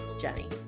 Jenny